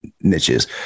niches